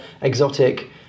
exotic